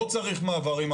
לא צריך מעברים.